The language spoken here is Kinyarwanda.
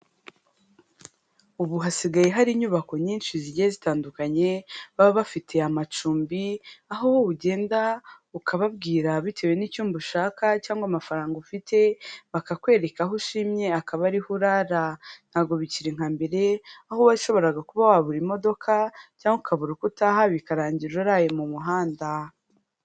Ubu hasigaye hari inyubako nyinshi zigiye zitandukanye, baba bafitiye amacumbi, aho wowe ugenda ukababwira bitewe n'icyumba ushaka cyangwa amafaranga ufite, bakakwereka aho ushimye akaba ariho urara, ntabwo bikira nka mbere, aho washoboraga kuba wabura imodoka cyangwa ukabura uko utaha bikarangira uraye mu muhanda.